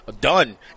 Done